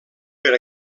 per